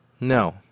No